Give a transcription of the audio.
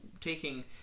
taking